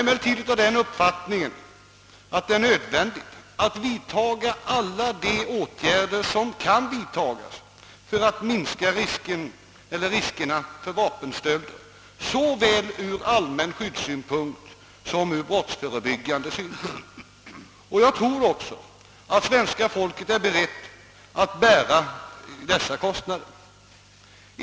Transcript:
Emellertid har jag den uppfattningen att det är nödvändigt att vidtaga alla de åtgärder som kan vidtagas för att minska riskerna för vapenstölder såväl från allmän skyddssynpunkt som från brottsförebyggande synpunkt. Jag tror också att svenska folket är berett att bära dessa kostnader.